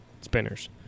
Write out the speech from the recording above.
spinners